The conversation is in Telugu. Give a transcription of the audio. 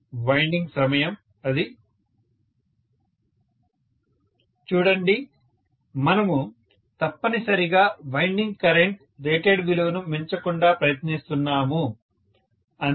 స్టూడెంట్ వైండింగ్ సమయం అది 3614 ప్రొఫెసర్ చూడండి మనము తప్పనిసరిగా వైండింగ్ కరెంట్ రేటెడ్ విలువను మించకుండా ప్రయత్నిస్తున్నాము అంతే